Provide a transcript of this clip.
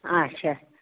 آچھا